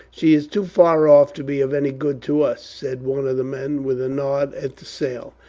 she is too far off to be of any good to us, said one of the men, with a nod at the sail.